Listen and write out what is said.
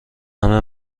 همه